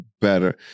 better